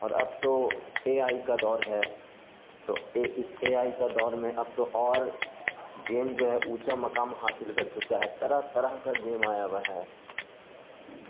اور اب تو اے آئی کا دور ہے تو اے اس اے آئی کا دور میں اب تو اور گیم جو ہے اونچا مقام حاصل کر چکا ہے طرح طرح کا گیم آیا ہوا ہے